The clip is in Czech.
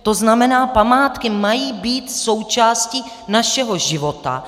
To znamená, památky mají být součástí našeho života.